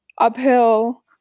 uphill